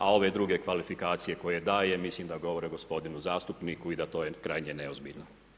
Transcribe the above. A ove druge kvalifikacije koje daje, mislim da govore o gospodinu zastupniku i da to je krajnje neozbiljno.